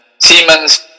Siemens